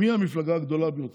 מי המפלגה הגדולה ביותר?